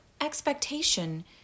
expectation